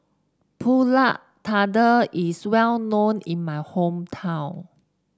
pulut Tatal is well known in my hometown